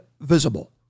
visible